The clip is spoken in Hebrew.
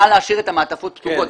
"נא להשאיר את המעטפות פתוחות".